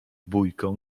bójką